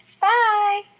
Bye